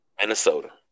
Minnesota